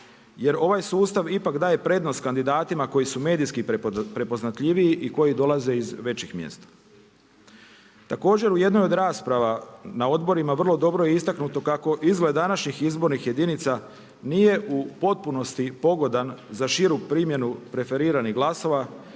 jer ovaj sustav ipak daje prednost kandidatima koji su medijski prepoznatljiviji i koji dolaze iz većih mjesta. Također u jednoj od rasprava na odborima vrlo dobro je istaknuto kako izgled današnjih izbornih jedinica nije u potpunosti pogodan za širu primjenu preferiranih glasova,